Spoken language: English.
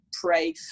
pray